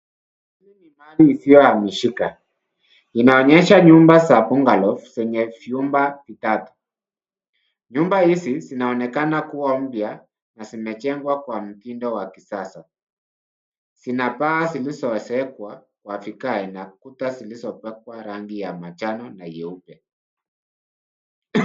Hii ni mali isiyohamishika. Inaonyesha nyumba za bungalow kwenye vyumba vitatu. Nyumba hizi zinaonekana kuwa mpya na zimejengwa kwa mtindo wa kisasa. Zina paa zilizoezekwa na kuta zilizopakwa rangi ya manjano na nyeupe.